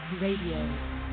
Radio